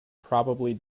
probably